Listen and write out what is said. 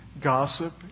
gossip